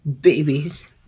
Babies